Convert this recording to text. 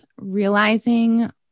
realizing